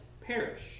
perish